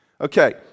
Okay